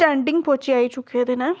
standing पौचे आई चुके दे न